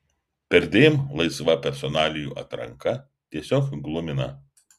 perdėm laisva personalijų atranka tiesiog glumina